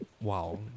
wow